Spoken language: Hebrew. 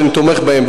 שאני תומך בהן,